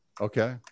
Okay